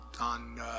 on